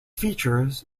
features